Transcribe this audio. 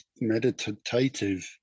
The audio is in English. meditative